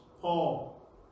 Paul